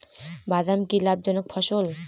বাদাম কি লাভ জনক ফসল?